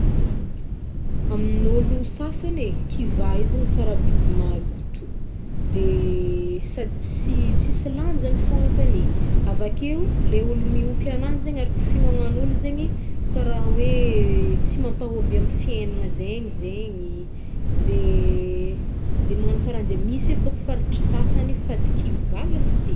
Amin'olo sasany e, kivà i zegny kara biby maloto. Sady tsy- tsisy lanjany fôgna kany. Avakeo le olo miompy ananjy zegny arak finoanan'olo zegny kara hoe- tsy mampahomby amin'ny fieignagna zegny zegny. Magnagno karahanjegny misy abôko faritry sasany fady kivà lasite.